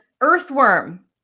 Earthworm